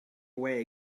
away